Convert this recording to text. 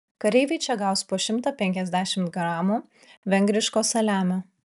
kareiviai čia gaus po šimtą penkiasdešimt gramų vengriško saliamio